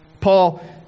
Paul